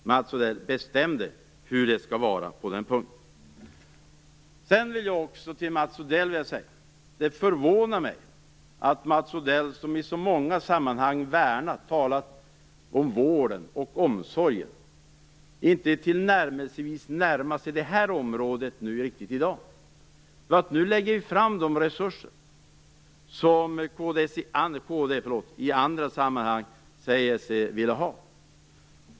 Mats Odell måste bestämma sig för hur det skall vara på den punkten. Till Mats Odell vill jag också säga att det förvånar mig att Mats Odell som i så många sammanhang talat om vården och omsorgen inte ens närmar sig det området i dag. Nu tar vi fram de resurser som kd i andra sammanhang säger sig vilja ha.